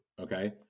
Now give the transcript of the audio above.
Okay